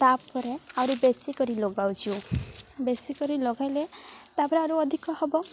ତା'ପରେ ଆରୁରି ବେଶୀ କରି ଲଗାଉଛୁ ବେଶୀ କରି ଲଗାଇଲେ ତା'ପରେ ଆରୁ ଅଧିକ ହେବ